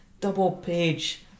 double-page